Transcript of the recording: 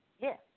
Yes